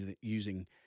using